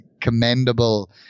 commendable